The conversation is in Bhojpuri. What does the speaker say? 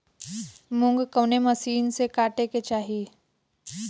मूंग कवने मसीन से कांटेके चाही?